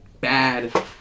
bad